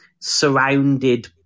surrounded